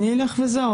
אלך וזהו,